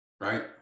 right